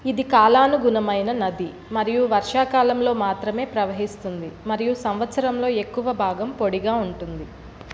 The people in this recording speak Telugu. ఇది కాలానుగుణమైన నది మరియు వర్షాకాలంలో మాత్రమే ప్రవహిస్తుంది మరియు సంవత్సరంలో ఎక్కువ భాగం పొడిగా ఉంటుంది